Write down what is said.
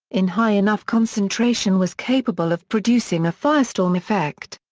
in high enough concentration was capable of producing a firestorm effect.